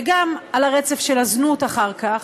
וגם על הרצף של הזנות אחר כך,